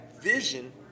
vision